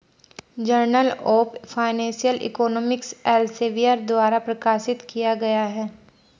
journal of financial economics Elsevier द्वारा प्रकाशित किया गया हैं